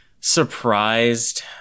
surprised